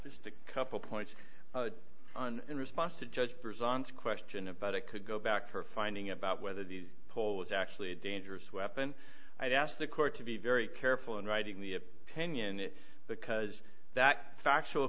just a couple points on in response to judge present question about it could go back to her finding about whether the pole was actually a dangerous weapon i'd ask the court to be very careful in writing the opinion because that factual